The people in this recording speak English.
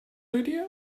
idea